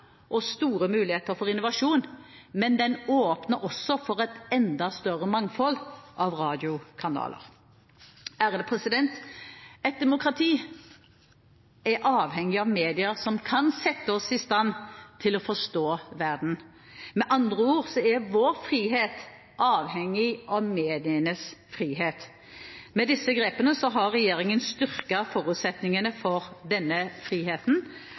og store muligheter for innovasjon – den åpner også for et enda større mangfold av radiokanaler. Et demokrati er avhengig av medier som kan sette oss i stand til å forstå verden. Med andre ord er vår frihet avhengig av medienes frihet. Med disse grepene har regjeringen styrket forutsetningene for denne friheten.